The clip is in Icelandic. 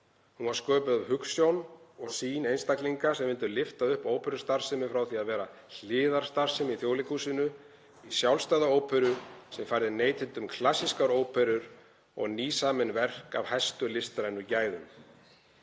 Hún var sköpuð af hugsjón og sýn einstaklinga sem vildu lyfta upp óperustarfsemi frá því að vera hliðarstarfsemi í Þjóðleikhúsinu í sjálfstæða óperu sem færði neytendum klassískar óperur og nýsamin verk af hæstu listrænu gæðum.